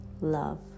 love